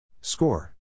Score